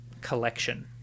Collection